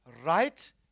Right